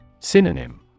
Synonym